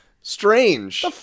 Strange